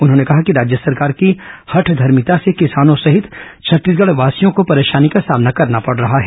उन्होंने कहा कि राज्य सरकार की हठघर्मिता से किसानों सहित छत्तीसगढ़वासियों को परेशानी का सामना करना पड़ रहा है